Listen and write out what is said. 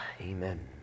Amen